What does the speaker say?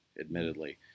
admittedly